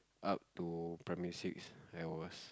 up to primary six I was